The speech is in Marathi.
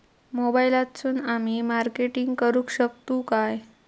मोबाईलातसून आमी मार्केटिंग करूक शकतू काय?